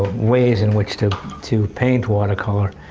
ways in which to to paint watercolour.